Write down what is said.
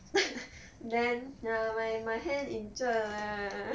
then ya my my hand injured leh